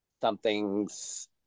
something's